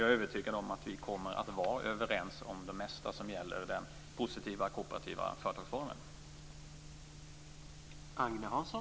Jag är övertygad om att vi kommer att vara överens om det mesta som gäller den positiva kooperativa företagsformen.